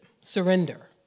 surrender